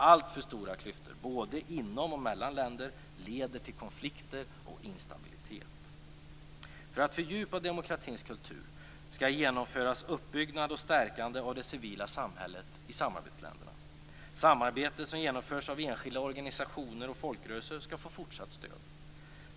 Alltför stora klyftor, både inom och mellan länder, leder till konflikter och instabilitet. För att fördjupa demokratins kultur skall det genomföras uppbyggnad och stärkande av det civila samhället i samarbetsländerna. Samarbete som genomförs av enskilda organisationer, och folkrörelser skall få fortsatt stöd.